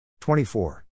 24